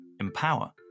empower